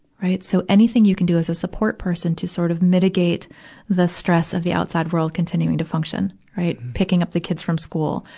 right. so, anything you can so as a support person to sort of mitigate the stress of the outside world continuing to function, right. picking up the kids from school,